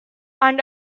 and